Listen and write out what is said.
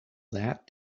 that